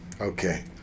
Okay